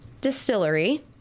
Distillery